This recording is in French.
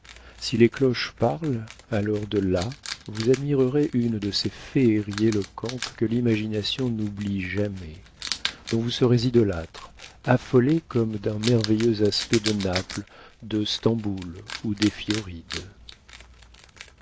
si les cloches parlent alors de là vous admirerez une de ces féeries éloquentes que l'imagination n'oublie jamais dont vous serez idolâtre affolé comme d'un merveilleux aspect de naples de stamboul ou des